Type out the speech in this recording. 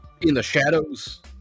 in-the-shadows